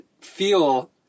feel